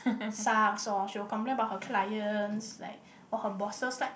Sars orh she will complain about her clients like or her bosses like